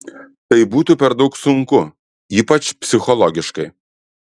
tai būtų per daug sunku ypač psichologiškai